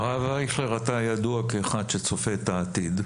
הרב אייכלר, אתה ידוע כאחד שצופה את העתיד.